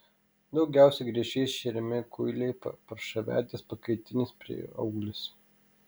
daugiausiai griežčiais šeriami kuiliai paršavedės pakaitinis prieauglis